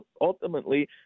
ultimately